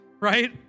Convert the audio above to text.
right